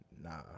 nah